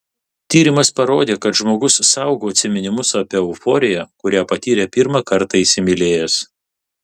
tyrimas parodė kad žmogus saugo atsiminimus apie euforiją kurią patyrė pirmą kartą įsimylėjęs